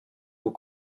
vous